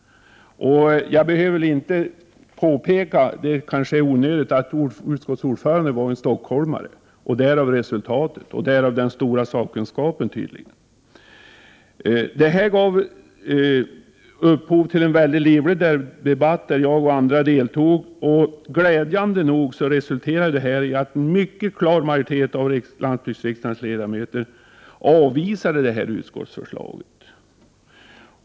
Det är kanske onödigt att påpeka att utskottsordföranden var en stockholmare. Därav resultatet och den stora sakkunskapen, tydligen. Det blev en mycket livlig debatt där jag och andra deltog. Glädjande nog resulterade det hela i att en mycket stor majoritet av landsbygdsriksdagens ledamöter avvisade utskottsförslaget.